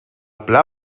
pla